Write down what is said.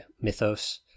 Mythos